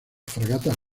fragatas